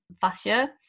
fascia